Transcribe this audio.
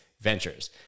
Ventures